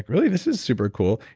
really? this is super cool.